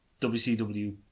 WCW